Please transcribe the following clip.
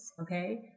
okay